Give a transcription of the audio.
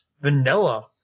vanilla